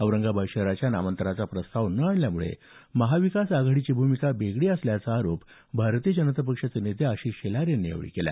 औरंगाबाद शहराच्या नामांतराचा प्रस्ताव न आणल्यामुळे महाविकास आघाडीची भूमिका बेगडी असल्याचा आरोप भारतीय जनता पक्षाचे नेते आशिष शेलार यांनी यावेळी केला